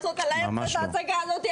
לעשות עליי את ההצגה הזאת,